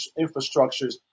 infrastructures